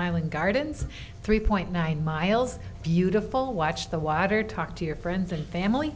island gardens three point nine miles beautiful watch the wider talk to your friends and family